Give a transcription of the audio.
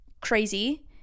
crazy